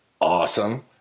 Awesome